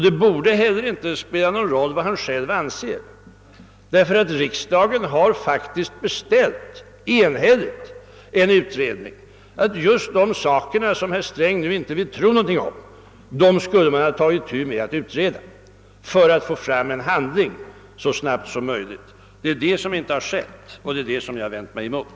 Det borde heller inte spela någon roll vad han själv anser, ty riksdagen har faktiskt enhälligt beställt en utredning och sagt att just det som herr Sträng nu inte vill tro någonting om skall utredas för att man skall kunna handla så snabbt som möjligt. Det är det som inte har skett, och det är detta som jag har vänt mig emot.